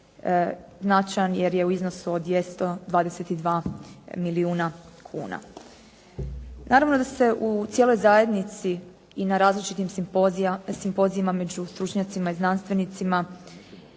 značajan jer je u iznosu od 222 milijuna kuna. Naravno da se u cijeloj zajednici i na različitim simpozijima među stručnjacima i znanstvenicima